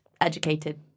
educated